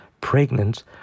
pregnant